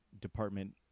department